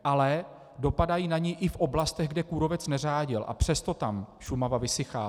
Ale dopadají na ni i v oblastech, kde kůrovec neřádil, a přesto tam Šumava vysychá.